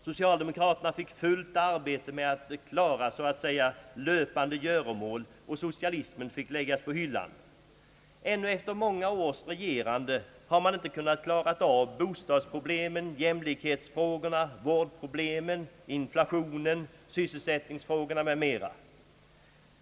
Socialdemokraterna fick fullt arbete med att så att säga klara löpande göromål, och socialismen fick läggas på hyllan. Ännu efter många års regerande har man inte kunna klara av bostadsproblemen, jämlikhetsfrågorna, vårdproblemen, inflationen, sysselsättningsfrågorna m.m.